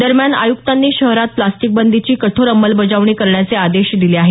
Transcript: दरम्यान आयुक्तांनी शहरात प्लास्टिकबंदीची कठोर अंमलबजावणी करण्याचे आदेश दिले आहे